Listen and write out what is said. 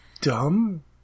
dumb